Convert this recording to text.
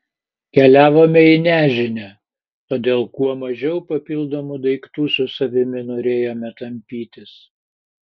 keliavome į nežinią todėl kuo mažiau papildomų daiktų su savimi norėjome tampytis